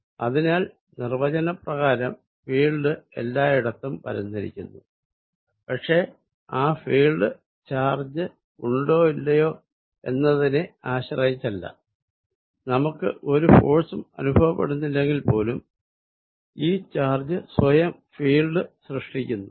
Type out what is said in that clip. അതിനാൽ നിർവചനപ്രകാരം ഫീൽഡ് എല്ലായിടത്തും പരന്നിരിക്കുന്നു പക്ഷെ ആ ഫീൽഡ് ചാർജ് ഉണ്ടോ ഇല്ലയോ എന്നതിനെ ആശ്രയിച്ചല്ല നമുക്ക് ഒരു ഫോഴ്സും അനുഭവപ്പെടുന്നില്ലെങ്കിൽ പോലും ഈ ചാർജ് സ്വയം ഫീൽഡ് സൃഷ്ടിക്കുന്നു